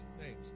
names